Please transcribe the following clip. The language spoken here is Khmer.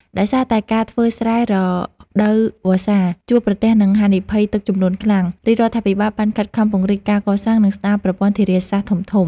ដោយសារតែការធ្វើស្រែរដូវវស្សាជួបប្រទះនឹងហានិភ័យទឹកជំនន់ខ្លាំង រាជរដ្ឋាភិបាលបានខិតខំពង្រីកការកសាង និងស្តារប្រព័ន្ធធារាសាស្ត្រធំៗ។